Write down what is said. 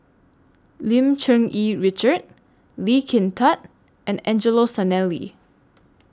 Lim Cherng Yih Richard Lee Kin Tat and Angelo Sanelli